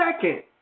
second